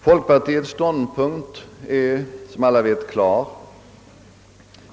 Folkpartiets ståndpunkt är som alla vet klar.